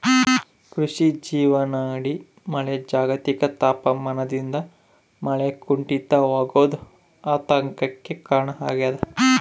ಕೃಷಿಯ ಜೀವನಾಡಿ ಮಳೆ ಜಾಗತಿಕ ತಾಪಮಾನದಿಂದ ಮಳೆ ಕುಂಠಿತವಾಗೋದು ಆತಂಕಕ್ಕೆ ಕಾರಣ ಆಗ್ಯದ